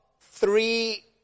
three